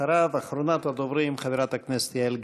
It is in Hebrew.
אחריו, אחרונת הדוברים, חברת הכנסת יעל גרמן.